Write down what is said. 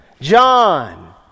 John